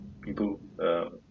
people